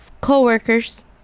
co-workers